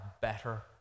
better